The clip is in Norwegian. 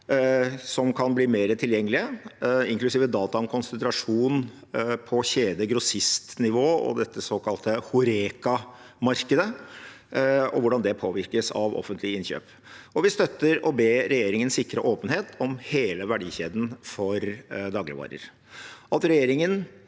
som kan bli mer tilgjengelige, inklusive data om konsentrasjon på kjede- og grossistnivå og dette såkalte horeca-markedet og hvordan det påvirkes av offentlige innkjøp. Vi støtter også å be regjeringen sikre åpenhet om hele verdikjeden for dagligvarer.